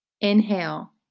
inhale